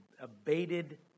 abated